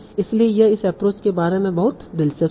इसलिए यह इस एप्रोच के बारे में बहुत दिलचस्प था